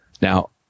Now